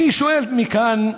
אני שואל מכאן,